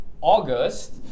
August